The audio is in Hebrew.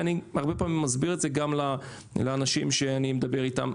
ואני הרבה פעמים מסביר את זה גם לאנשים שאני מדבר איתם.